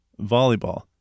volleyball